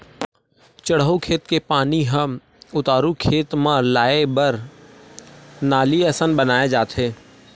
चड़हउ खेत के पानी ह उतारू के खेत म लाए बर नाली असन बनाए जाथे